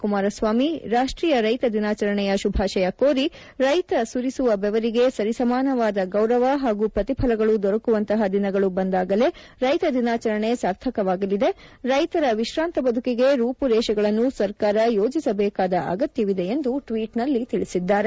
ಕುಮಾರಸ್ವಾಮಿ ರಾಷ್ಟೀಯ ರೈತ ದಿನಾಚರಣೆಯ ಶುಭಾಷಯ ಕೋರಿ ರೈತ ಸುರಿಸುವ ಬೆವರಿಗೆ ಸರಿಸಮಾನವಾದ ಗೌರವ ಹಾಗೂ ಪ್ರತಿಫಲಗಳು ದೊರಕುವಂತಹ ದಿನಗಳು ಬಂದಾಗಲೇ ರೈತ ದಿನಾಚರಣೆ ಸಾರ್ಥವಾಗಲಿದೆ ರೈತರ ವಿಶ್ರಾಂತ ಬದುಕಿಗೆ ರೂಪುರೇಷೆಗಳನ್ನು ಸರ್ಕಾರ ಯೋಜಿಸಬೇಕಾದ ಅಗತ್ಯವಿದೆ ಎಂದು ಟ್ವೀಟ್ನಲ್ಲಿ ತಿಳಿಸಿದ್ದಾರೆ